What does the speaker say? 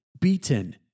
beaten